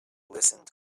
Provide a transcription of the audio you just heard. listened